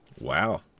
Wow